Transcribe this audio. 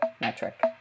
metric